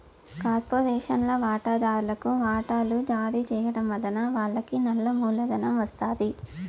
కార్పొరేషన్ల వాటాదార్లుకి వాటలు జారీ చేయడం వలన వాళ్లకి నల్ల మూలధనం ఒస్తాది